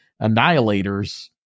annihilators